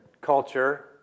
culture